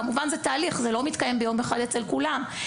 כמובן שזה תהליך וזה לא מתקיים ביום אחד אצל כולם.